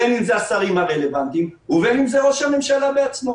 בין אם זה השרים הרלוונטיים ובין אם זה ראש הממשלה בעצמו.